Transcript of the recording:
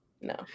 No